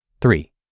Three